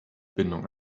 bindung